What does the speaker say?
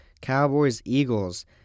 Cowboys-Eagles